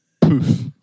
Poof